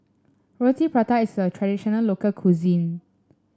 Roti Prata is a traditional local cuisine